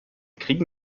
kriegen